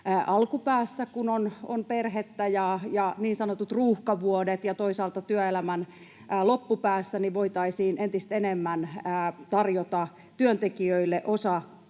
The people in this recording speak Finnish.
alkupäässä, kun on perhettä ja niin sanotut ruuhkavuodet, kuin toisaalta työelämän loppupäässä voitaisiin entistä enemmän tarjota työntekijöille